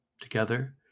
Together